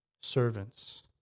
Servants